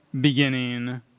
beginning